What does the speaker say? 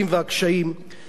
החוק זה יאזן,